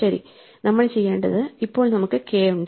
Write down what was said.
ശരി നമ്മൾ ചെയ്യേണ്ടത് ഇപ്പോൾ നമുക്ക് k യുണ്ട്